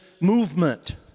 movement